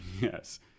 Yes